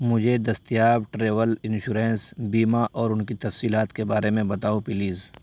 مجھے دستیاب travel insurance بیمہ اور ان کی تفصیلات کے بارے میں بتاؤ پلیز